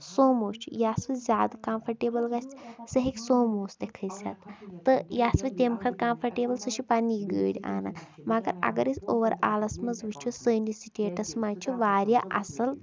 سوموٗ چھِ یا سُہ زیادٕ کَمفٲٹیبٕل گژھِ سُہ ہیٚکہِ سوموٗوَس تہِ کھٔسِتھ تہٕ یَس وَ تمہِ کھۄتہٕ کَمفٲٹیبٕل سُہ چھِ پَنٛنی گٲڑۍ اَنان مگر اگر أسۍ اوٚوَرآلَس منٛز وٕچھو سٲنِس سٹیٹَس منٛز چھِ واریاہ اَصٕل